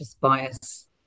bias